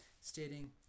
stating